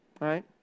right